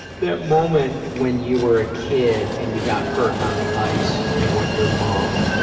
that moment when you were a kid and you got hurt on the ice, and what your mom